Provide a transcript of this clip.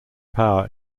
power